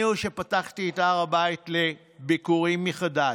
אני שפתחתי את הר הבית לביקורים מחדש.